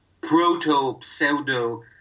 proto-pseudo